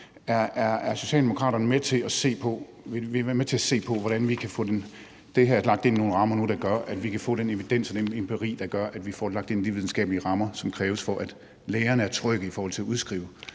Vil Socialdemokraterne være med til at se på, hvordan vi nu kan få den evidens og empiri, der gør, at vi får den lagt i de videnskabelige rammer, som kræves, for at lægerne er trygge i forhold til at udskrive